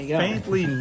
faintly